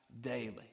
daily